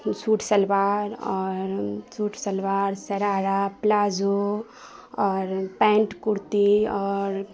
suit shalwar اور suit shalwar sharara palazzo اور pant kurti اور